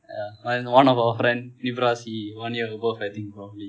yeah I mean one of our friend vikas he one year above I think probably